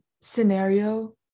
scenario